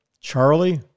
Charlie